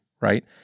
Right